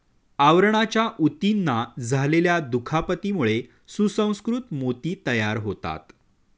आवरणाच्या ऊतींना झालेल्या दुखापतीमुळे सुसंस्कृत मोती तयार होतात